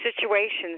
situations